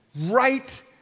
right